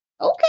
Okay